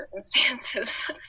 circumstances